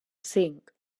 cinc